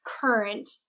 current